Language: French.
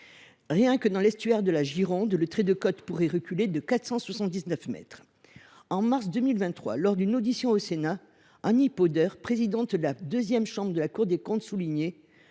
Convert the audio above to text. Dans l’estuaire de la Gironde, il pourrait ainsi reculer de 479 mètres. En mars 2023, lors d’une audition au Sénat, Annie Podeur, présidente de la deuxième chambre de la Cour des comptes, a souligné